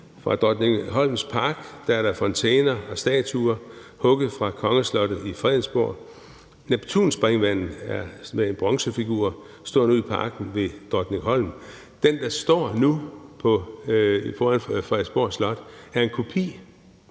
fra Drottningholms Park er der fontæner og statuer hugget fra kongeslottet i Fredensborg; Netpunspringvandet med en bronzefigur står nu i parken ved Drottningholm. Den, der nu står foran Frederiksborg Slot, er en kopi.